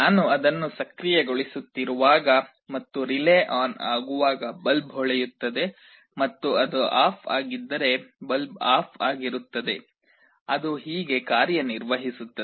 ನಾನು ಅದನ್ನು ಸಕ್ರಿಯಗೊಳಿಸುತ್ತಿರುವಾಗ ಮತ್ತು ರಿಲೇ ಆನ್ ಆಗುವಾಗ ಬಲ್ಬ್ ಹೊಳೆಯುತ್ತದೆ ಮತ್ತು ಅದು ಆಫ್ ಆಗಿದ್ದರೆ ಬಲ್ಬ್ ಆಫ್ ಆಗಿರುತ್ತದೆ ಅದು ಹೀಗೆ ಕಾರ್ಯನಿರ್ವಹಿಸುತ್ತದೆ